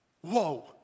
Whoa